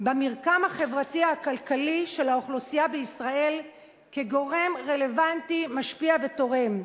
במרקם החברתי-הכלכלי של האוכלוסייה בישראל כגורם רלוונטי משפיע ותורם,